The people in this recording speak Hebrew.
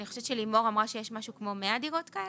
אני חושבת שלימור אמרה שיש משהו כמו 100 דירות כאלה.